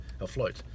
afloat